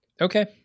Okay